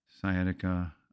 sciatica